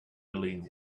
lean